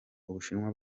ubushinwa